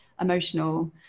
emotional